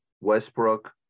Westbrook